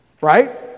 right